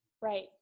right